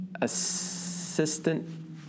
assistant